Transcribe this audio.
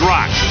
Rock